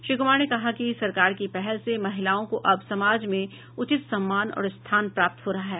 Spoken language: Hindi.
श्री कुमार ने कहा कि सरकार की पहल से महिलाओं को अब समाज में उचित सम्मान और स्थान प्राप्त हो रहा है